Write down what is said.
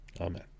Amen